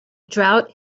drought